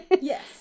Yes